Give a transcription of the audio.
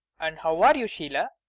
and how are you, sheila?